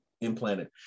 implanted